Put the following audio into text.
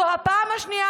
זו הפעם השנייה,